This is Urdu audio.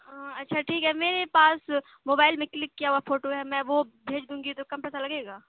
ہاں اچھا ٹھیک ہے میرے پاس موبائل میں کلک کیا ہوا فوٹو ہے میں وہ بھیج دوں گی تو کم پیسہ لگے گا